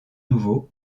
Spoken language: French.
nouveau